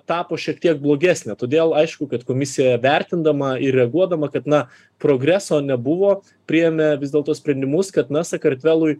tapo šiek tiek blogesnė todėl aišku kad komisija vertindama ir reaguodama kad na progreso nebuvo priėmė vis dėlto sprendimus kad na sakartvelui